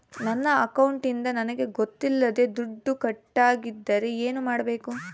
ನನ್ನ ಅಕೌಂಟಿಂದ ನನಗೆ ಗೊತ್ತಿಲ್ಲದೆ ದುಡ್ಡು ಕಟ್ಟಾಗಿದ್ದರೆ ಏನು ಮಾಡಬೇಕು?